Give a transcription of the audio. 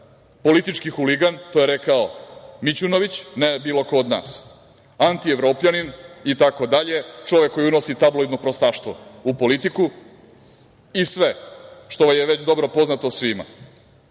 politički huligan, to je rekao Mićunović, ne bilo ko od nas, antievropljanin itd, čovek koji unosi tabloidno prostaštvo u politiku i sve što je već dobro poznato svima.